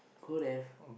could have